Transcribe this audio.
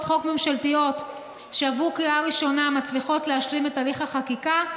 חוק ממשלתיות שעברו בקריאה ראשונה מצליחות להשלים את הליך החקיקה.